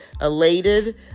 elated